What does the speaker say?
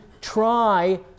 try